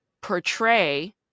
portray